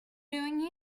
doing